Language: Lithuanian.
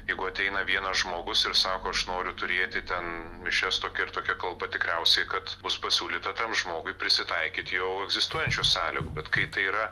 jeigu ateina vienas žmogus ir sako aš noriu turėti ten mišias tokia ir tokia kalba tikriausiai kad bus pasiūlyta tam žmogui prisitaikyti jau egzistuojančių sąlygų bet kai tai yra